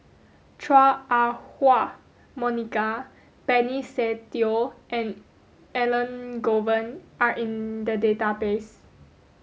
Chua Ah Huwa Monica Benny Se Teo and Elangovan are in the database